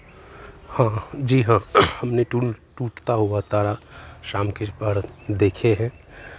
हाँ हाँ जी हाँ हमने टू टूटता हुआ तारा शाम के इस बार देखे हैं